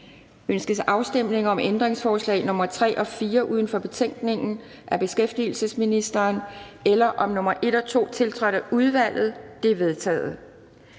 Ønskes afstemning om ændringsforslag nr. 3 og 4 uden for betænkningen af beskæftigelsesministeren eller om ændringsforslag nr. 1 og 2, tiltrådt af udvalget? De er vedtaget.